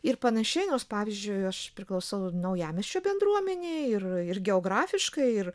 ir panašiai nors pavyzdžiui aš priklausau naujamiesčio bendruomenei ir ir geografiškai ir